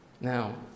Now